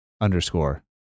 underscore